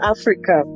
Africa